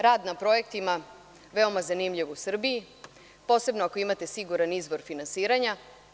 Rad na projektima veoma zanimljiv u Srbiji, posebno ako imate siguran izvor finansiranja.